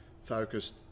focused